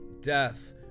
death